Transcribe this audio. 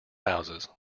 houses